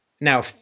Now